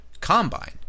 combine